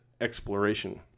exploration